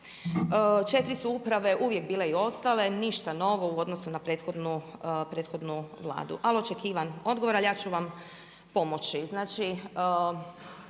10. 4 su uprave uvijek bile i ostale, ništa novo u odnosu na prethodni Vladu, ali očekivan odgovor, ali ja ću vam pomoći.